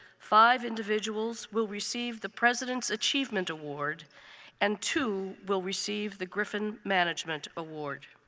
five individuals will receive the president's achievement award and two will receive the griffin management award.